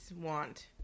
want